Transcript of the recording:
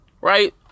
right